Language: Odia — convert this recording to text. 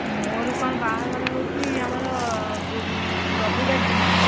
ମୋର କ'ଣ ବାହାଘର ହେଉଛି ଆମର ରବିବାର ଦିନ